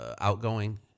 outgoing